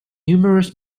numerous